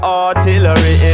artillery